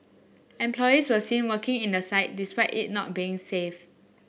employees were seen working in the site despite it not being made safe